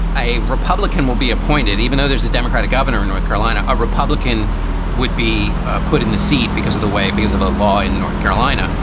a republican will be appointed. even though there's a democratic governor in north carolina, a a republican would be put in the seat because of the way because of a law and in north carolina,